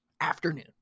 afternoon